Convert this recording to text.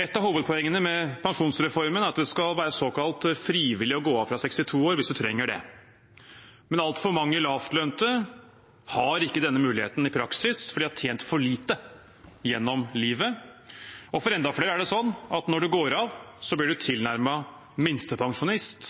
Et av hovedpoengene med pensjonsreformen er at det skal være såkalt frivillig å gå av fra 62 år hvis man trenger det, men altfor mange lavtlønte har ikke denne muligheten i praksis, fordi de har tjent for lite gjennom livet. For enda flere er det sånn at når man går av, blir man tilnærmet minstepensjonist.